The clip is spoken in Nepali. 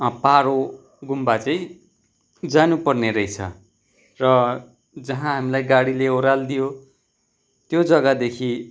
पारो गुम्बा चाहिँ जानु पर्ने रहेछ र जहाँ हामीलाई गाडीले ओह्रालिदियो त्यो जग्गादेखि